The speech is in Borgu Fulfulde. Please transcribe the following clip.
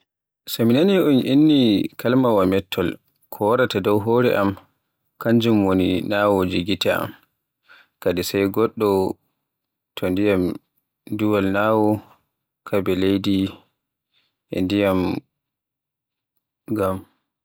So mi nani un inni kalimaawa mettol ko waraata dow hore am kanjum woni nawoje gite am, kadai sai goɗɗo to nima duwal naawo, kambe leydi e ndiyam ngam.